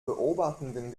beobachtungen